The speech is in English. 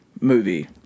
movie